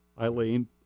Eileen